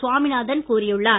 சுவாமிநாதன் கூறியுள்ளார்